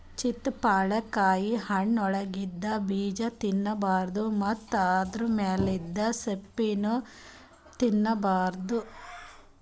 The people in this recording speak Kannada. ಚಿತ್ತಪಳಕಾಯಿ ಹಣ್ಣ್ ಒಳಗಿಂದ ಬೀಜಾ ತಿನ್ನಬಾರ್ದು ಮತ್ತ್ ಆದ್ರ ಮ್ಯಾಲಿಂದ್ ಸಿಪ್ಪಿನೂ ತಿನ್ನಬಾರ್ದು